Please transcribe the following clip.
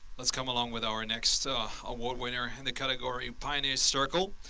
let's come along with our next award winner in the category pioneer circle.